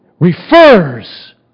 Refers